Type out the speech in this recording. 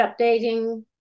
updating